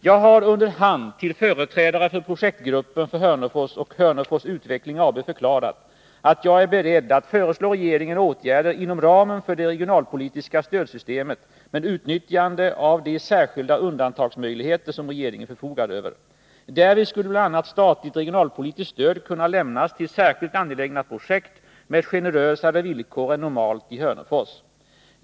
Jag har under hand till företrädare för projektgruppen för Hörnefors och Hörnefors Utveckling AB förklarat att jag är beredd att föreslå regeringen åtgärder inom ramen för det regionalpolitiska stödsystemet, med utnyttjande av de särskilda undantagsmöjligheter som regeringen förfogar över. Därvid skulle bl.a. statligt regionalpolitiskt stöd med generösare villkor än normalt kunna lämnas till särskilt angelägna projekt i Hörnefors.